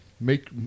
Make